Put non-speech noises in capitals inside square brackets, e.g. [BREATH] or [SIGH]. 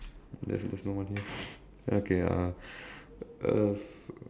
there's there's no one here [BREATH] okay uh uh